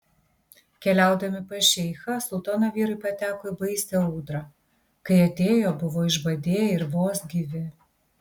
keliaudami pas šeichą sultono vyrai pateko į baisią audrą kai atėjo buvo išbadėję ir vos gyvi